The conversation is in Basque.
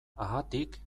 haatik